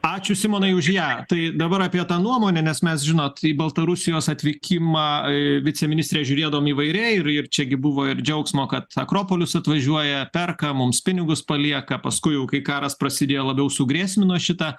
ačiū simonai už ją tai dabar apie tą nuomonę nes mes žinot į baltarusijos atvykimą viceministre žiūrėdavome įvairiai ir ir čia gi buvo ir džiaugsmo kad akropolius atvažiuoja perka mums pinigus palieka paskui jau kai karas prasidėjo labiau sugrėsmino šitą